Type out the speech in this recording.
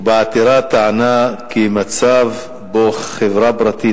ובעתירה היא טענה כי מצב שבו חברה פרטית